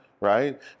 right